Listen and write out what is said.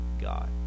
God